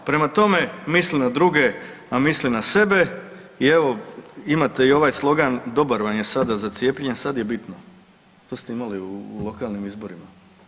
Prema tome, misli na druge, a misli na sebe i evo imate i ovaj slogan dobar vam je sada za cijepljenje, sad je bitno, to ste imali u lokalnim izborima.